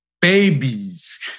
babies